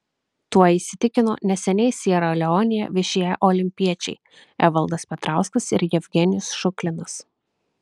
tuo įsitikino neseniai siera leonėje viešėję olimpiečiai evaldas petrauskas ir jevgenijus šuklinas